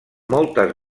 moltes